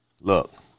Look